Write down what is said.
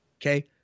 okay